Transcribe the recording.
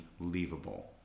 unbelievable